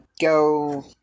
Go